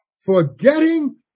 Forgetting